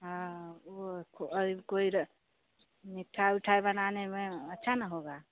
हाँ वह खु अइब कोई र मिठाई उठाई बनाने में अच्छा न होगा